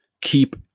keep